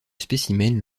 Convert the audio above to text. spécimen